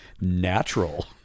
natural